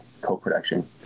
co-production